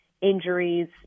injuries